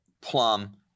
plum